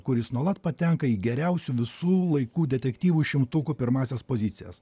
kuris nuolat patenka į geriausių visų laikų detektyvų šimtukų pirmąsias pozicijas